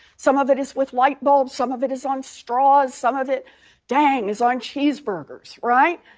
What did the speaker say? some of it is with lightbulbs. some of it is on straws. some of it dang is on cheeseburgers, right?